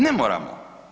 Ne moramo.